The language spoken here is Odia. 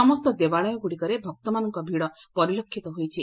ସମ୍ଠ ଦେବାଳୟଗୁଡ଼ିକରେ ଭକ୍ତମାନଙ୍କ ଭିଡ଼ ପରିଲକ୍ଷିତ ହୋଇଛି